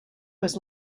was